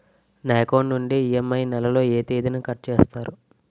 నా అకౌంట్ నుండి ఇ.ఎం.ఐ నెల లో ఏ తేదీన కట్ చేస్తారు?